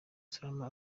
salama